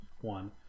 one